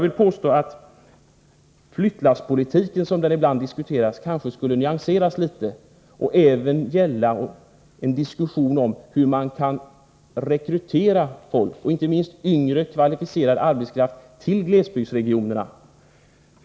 Diskussionen om flyttlasspolitiken, som den ibland kallas, skulle kanske nyanseras litet och även gälla hur man kan rekrytera inte minst yngre kvalificerad arbetskraft till glesbygdsregionerna.